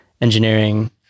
engineering